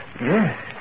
Yes